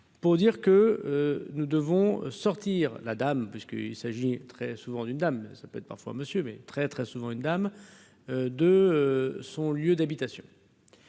pour dire que nous devons sortir la dame puisqu'il s'agit très souvent d'une dame, ça peut être parfois monsieur mais très, très souvent, une dame de son lieu d'habitation.